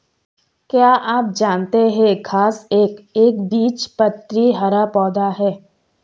क्या आप जानते है घांस एक एकबीजपत्री हरा पौधा है?